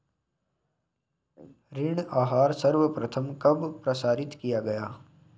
ऋण आहार सर्वप्रथम कब प्रसारित किया गया?